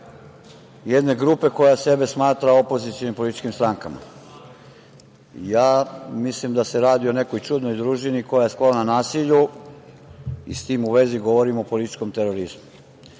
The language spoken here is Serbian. jedne grupe koja sebe smatra opozicionim političkim strankama. Mislim da se radi o nekoj čudnoj družini koja je sklona nasilju i s tim u vezi govorim o političkom terorizmu. Ova